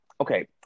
okay